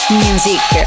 music